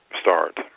start